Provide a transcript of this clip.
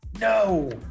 no